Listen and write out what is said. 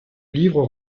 livre